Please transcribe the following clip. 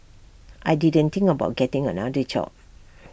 I didn't think about getting another job